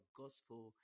gospel